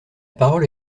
parole